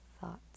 thoughts